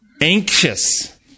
Anxious